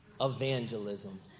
Evangelism